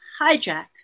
hijacks